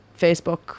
Facebook